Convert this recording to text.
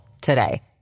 today